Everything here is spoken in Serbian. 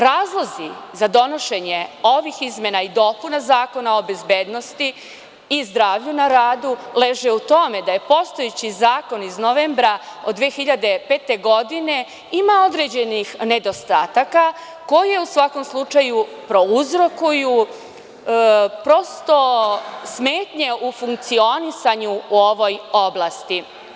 Razlozi za donošenje ovih izmena i dopuna Zakona o bezbednosti i zdravlju na radu, leže u tome da je postojeći zakon iz novembra od 2005. godine imao određenih nedostataka, koje u svakom slučaju prouzrokuju, smetnje u funkcionisanju u ovoj oblasti.